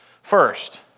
First